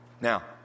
Now